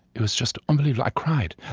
it was just unbelievable. i cried.